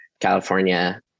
California